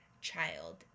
child